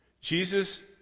Jesus